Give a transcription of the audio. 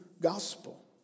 gospel